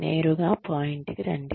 నేరుగా పాయింట్కి రండి